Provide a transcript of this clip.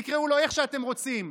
תקראו לו איך שאתם רוצים,